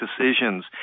decisions